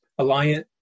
Alliant